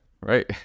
right